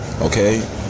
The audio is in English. okay